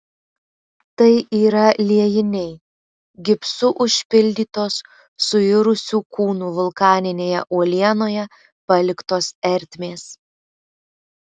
tai yra liejiniai gipsu užpildytos suirusių kūnų vulkaninėje uolienoje paliktos ertmės